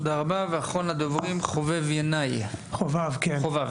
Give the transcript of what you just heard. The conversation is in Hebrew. תודה רבה, אחרון הדוברים, חובב ינאי, בבקשה.